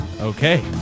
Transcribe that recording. Okay